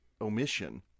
omission